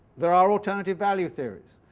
there are alternative value theories.